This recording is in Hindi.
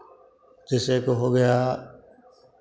जैसे कोई हो गया